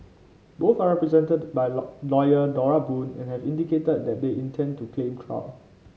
both are represented by lawyer Dora Boon and have indicated that they intend to claim trial